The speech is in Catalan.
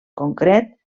concret